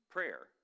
Prayer